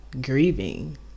grieving